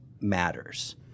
matters